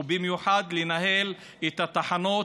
ובמיוחד לנהל את התחנות.